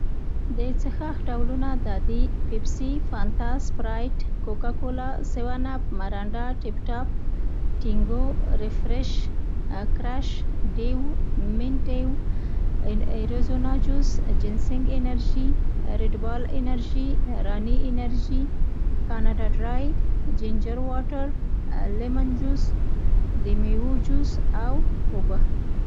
د څښاک ډولونه دا دي. پیسي، فانتا، سپرایټ، کوکاکولا، سیون آپ، مرانډا، ټېپ ټاپ. تېنګو، ریفرش، کرش، ډېو، مېن ډیو، اېرېزونا جوس. جېنسېنګ انرژي، ریډ بال انرژي، راني انرژي، کانادا ډرای، جینجر واټر، لیمن جوس، د میوو جوس او اوبه.